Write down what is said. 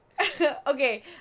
Okay